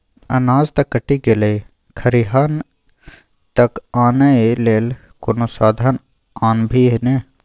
अनाज त कटि गेलै खरिहान तक आनय लेल कोनो साधन आनभी ने